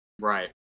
right